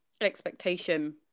expectation